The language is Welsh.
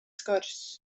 sgwrs